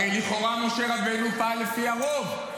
הרי לכאורה משה רבנו פעל לפי הרוב,